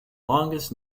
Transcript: longest